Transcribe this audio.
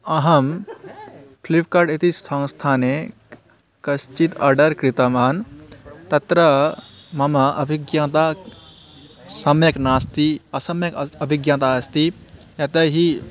अहम् फ्लिप्कार्ट् इति संस्थाने कश्चित् आर्डर् कृतवान् तत्र मम अभिज्ञाता सम्यक् नास्ति असम्यक् अस् अभिज्ञाता अस्ति यत्तैः